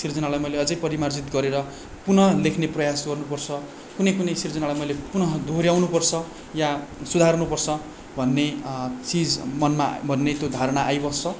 सिर्जनालाई मैले अझै परिमार्जित गरेर पुनः लेख्ने प्रयास गर्नुपर्छ कुनै कुनै सिर्जनालाई मैले पुनः दोहोर्याउनुपर्छ या सुधार्नुपर्छ भन्ने चिज मनमा भन्ने त्यो धारणा आइबस्छ